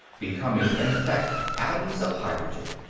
becoming, in effect, atoms of hydrogen.